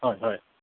হয় হয়